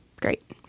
great